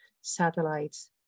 satellites